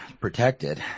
protected